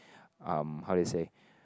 um how do you say